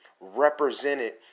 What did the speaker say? represented